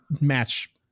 match